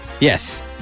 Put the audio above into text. Yes